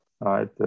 right